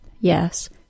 yes